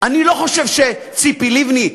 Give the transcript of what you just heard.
אני לא חושב שציפי לבני,